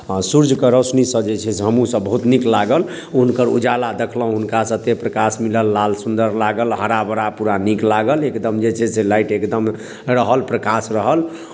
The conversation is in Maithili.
हँ सूर्यके रौशनीसँ जे छै से हमहूँसभ बहुत नीक लागल हुनकर उजाला देखलहुँ हुनकासँ एतेक प्रकाश मिलल लाल सुन्दर लागल हरा भरा पूरा नीक लागल एकदम जे छै से लाइट एकदम रहल प्रकाश रहल